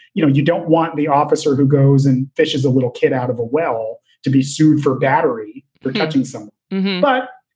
you know, you don't want the officer who goes and fishes a little kid out of a well to be sued for battery, touching some butt.